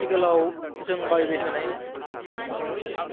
आथिखालाव जों बाहायबाय थानाय बांसिन